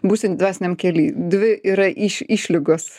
būsi dvasiniam kely dvi yra iš išlygos